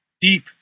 deep